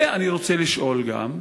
ואני רוצה לשאול גם: